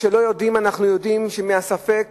אנחנו יודעים שכשלא יודעים, בגלל הספק